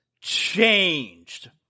changed